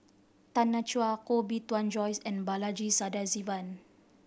Tanya Chua Koh Bee Tuan Joyce and Balaji Sadasivan